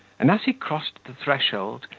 and as he crossed the threshold,